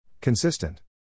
Consistent